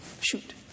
Shoot